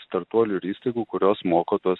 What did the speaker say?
startuolių ir įstaigų kurios moko tuos